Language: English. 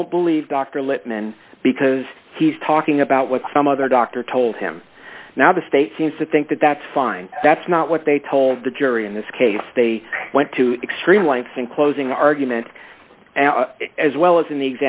don't believe dr lipman because he's talking about what some other doctor told him now the state seems to think that that's fine that's not what they told the jury in this case they went to extreme lengths in closing argument as well as in the